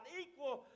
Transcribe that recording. equal